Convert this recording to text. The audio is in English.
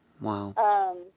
Wow